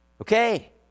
Okay